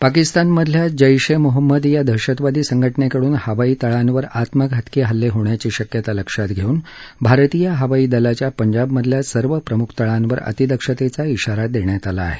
पाकिस्तान मधल्या जैश ए मोहम्मद या दहशतवादी संघटनेकडून हवाई तळांवर आत्मघातकी हल्ले होण्याची शक्यता लक्षात घेऊन भारतीय हवाई दलाच्या पंजाब मधल्या सर्व प्रमुख तळांवर अतिदक्षतेचा इशारा देण्यात आला आहे